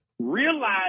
realize